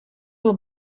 will